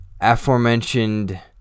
aforementioned